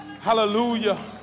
Hallelujah